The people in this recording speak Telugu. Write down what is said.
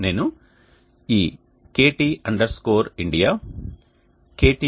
నేను ఈ kt India kt india